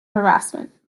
harassment